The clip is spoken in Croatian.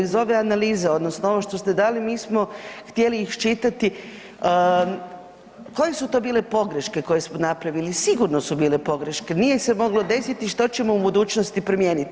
Iz ove analize odnosno ovo što ste dali mi smo htjeli iščitati koje su to bile pogreške koje smo napravili, sigurno su bile pogreške, nije se moglo desiti što ćemo u budućnosti promijeniti.